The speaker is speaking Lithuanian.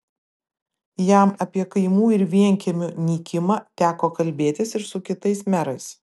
jam apie kaimų ir vienkiemių nykimą teko kalbėtis ir su kitais merais